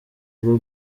bwo